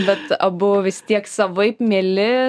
bet abu vis tiek savaip mieli